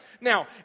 Now